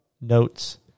notes